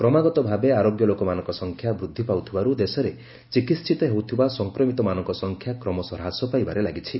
କ୍ରମାଗତ ଭାବେ ଆରୋଗ୍ୟ ଲୋକମାନଙ୍କ ସଂଖ୍ୟା ବୃଦ୍ଧି ପାଉଥିବାରୁ ଦେଶରେ ଚିକିିିିିତ ହେଉଥିବା ସଂକ୍ରମିତମାନଙ୍କ ସଂଖ୍ୟା କ୍ରମଶଃ ହ୍ରାସ ପାଇବାରେ ଲାଗିଛି